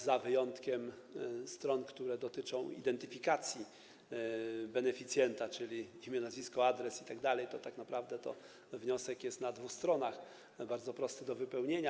Z wyjątkiem stron, które dotyczą identyfikacji beneficjenta, czyli imię, nazwisko, adres itd., tak naprawdę wniosek jest na dwóch stronach i jest bardzo prosty do wypełnienia.